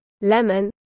lemon